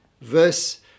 verse